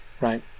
right